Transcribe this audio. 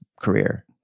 career